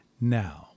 now